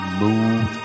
move